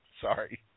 Sorry